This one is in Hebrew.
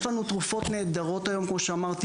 יש לנו תרופות נהדרות היום, כמו שאמרתי.